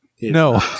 No